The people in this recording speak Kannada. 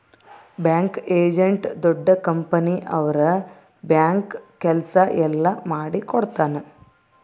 ಬ್ಯಾಂಕ್ ಏಜೆಂಟ್ ದೊಡ್ಡ ಕಂಪನಿ ಅವ್ರ ಬ್ಯಾಂಕ್ ಕೆಲ್ಸ ಎಲ್ಲ ಮಾಡಿಕೊಡ್ತನ